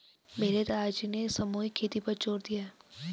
मेरे दादाजी ने सामूहिक खेती पर जोर दिया है